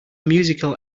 musical